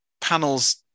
panels